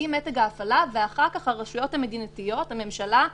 היא מתג ההפעלה ואחר כך הרשויות המדינתיות הממשלה,